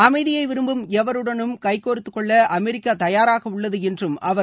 அமைதியை விரும்பும் எவருடனும் கைகோர்த்துக்கொள்ள அமெரிக்கா தயாராக உள்ளது என்றார் அவர்